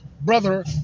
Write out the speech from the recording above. brother